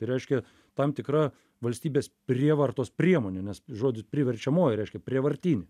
tai reiškia tam tikra valstybės prievartos priemonė nes žodis priverčiamoji reiškia prievartinį